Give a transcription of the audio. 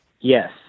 Yes